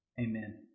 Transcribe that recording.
Amen